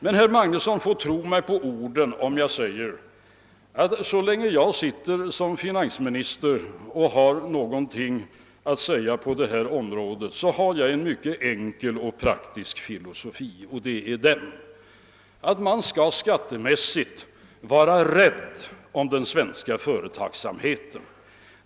Men herr Magnusson får tro mig på orden när jag säger, att så länge jag sitter som finansminister och har något att säga på det här området, så kommer jag att följa en mycket praktisk och enkel filosofi: man skall skattemässigt vara rädd om den svenska företagsamheten.